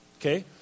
okay